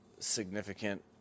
significant